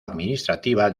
administrativa